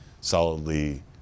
solidly